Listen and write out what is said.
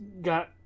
got